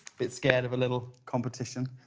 get scared of a little competition.